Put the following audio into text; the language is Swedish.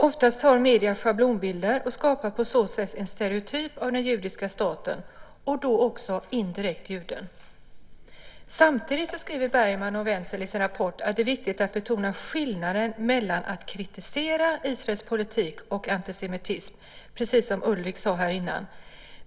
Oftast tar medierna schablonbilder och skapar på så sätt en stereotyp av den judiska staten, och då också indirekt juden. Samtidigt skriver Bergmann och Wetzel i sin rapport att det är viktigt att betona skillnaden mellan att kritisera Israels politik och antisemitism, precis som Ulrik sade här tidigare.